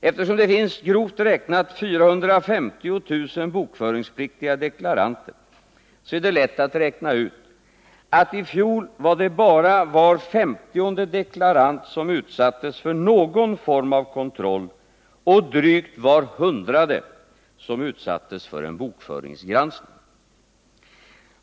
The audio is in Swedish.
Eftersom det finns grovt räknat 450 000 bokföringspliktiga deklaranter, är det lätt att räkna ut att det i fjol bara var var femtionde deklarant som utsattes för någon form av kontroll och drygt var hundrade som utsattes för bokföringsgranskning.